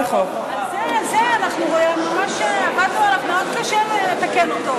ממש עבדנו מאוד קשה לתקן אותו,